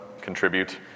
contribute